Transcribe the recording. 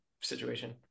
situation